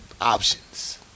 options